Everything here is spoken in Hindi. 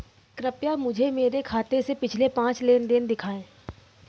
कृपया मुझे मेरे खाते से पिछले पांच लेन देन दिखाएं